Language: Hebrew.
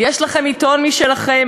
יש לכם עיתון משלכם,